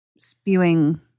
spewing